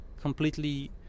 completely